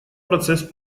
процесс